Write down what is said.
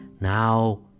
now